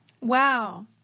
Wow